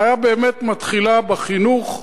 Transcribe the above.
הבעיה באמת מתחילה בחינוך,